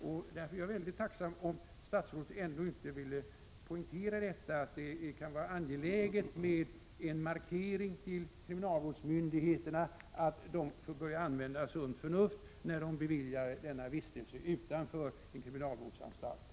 Jag är mycket tacksam om statsrådet skulle vilja poängtera att det kan vara angeläget med en markering till kriminalvårdsmyndigheterna att de får börja använda sunt förnuft, när de beviljar vistelser utanför kriminalvårdsanstalt.